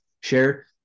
share